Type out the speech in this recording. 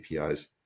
APIs